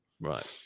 right